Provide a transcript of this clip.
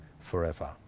forever